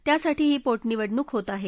त्यासाठी ही पोटनिवडणूक होत आहे